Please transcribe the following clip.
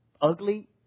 ugly